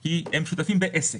כי הם שותפים בעסק.